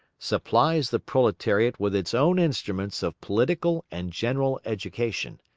supplies the proletariat with its own instruments of political and general education,